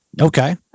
Okay